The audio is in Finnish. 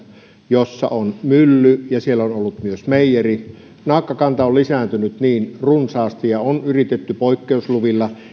jossa on mylly ja on on ollut myös meijeri naakkakanta on lisääntynyt runsaasti ja on yritetty edetä poikkeusluvilla